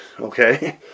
okay